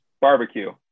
Barbecue